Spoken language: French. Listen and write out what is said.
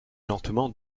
lentement